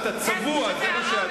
אתה צבוע, זה מה שאתה.